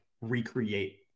recreate